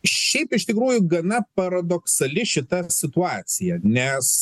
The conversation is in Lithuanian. šiaip iš tikrųjų gana paradoksali šita situacija nes